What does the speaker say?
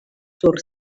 sur